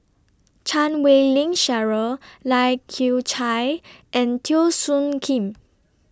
Chan Wei Ling Cheryl Lai Kew Chai and Teo Soon Kim